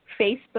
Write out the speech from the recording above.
Facebook